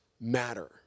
matter